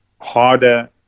harder